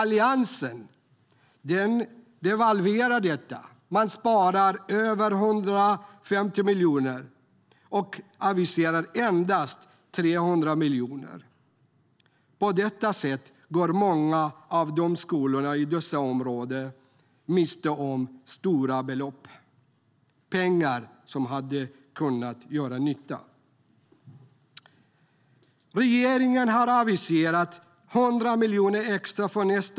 Alliansen devalverar detta, sparar över 150 miljoner och aviserar endast 300 miljoner.